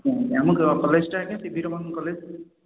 ଆମ କଲେଜଟା ଆଜ୍ଞା ସିଭି ରମଣ କଲେଜ